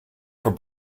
for